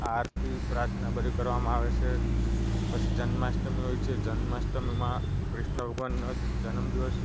આરતી પ્રાર્થના બધું કરવામાં આવે છે પછી જન્માષ્ટમી હોય છે જન્માષ્ટમીમાં કૃષ્ણ ભગવાનનો જન્મદિવસ